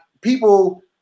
people